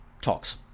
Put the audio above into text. Talks